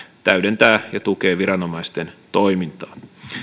täydentää ja tukee viranomaisten toimintaa